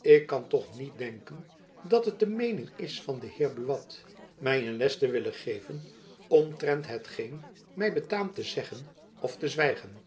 ik kan toch niet denken dat het de meening is van den heer buat my een les te willen geven omtrent hetgeen my betaamt te zeggen of te zwijgen